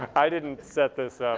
i didn't set this